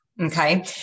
okay